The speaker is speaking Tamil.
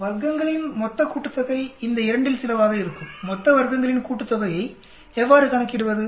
வர்க்கங்களின் மொத்த கூட்டுத்தொகை இந்த 2 இல் சிலவாக இருக்கும்மொத்த வர்க்கங்களின் கூட்டுத்தொகையை எவ்வாறு கணக்கிடுவது